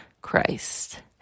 Christ